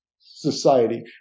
society